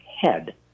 head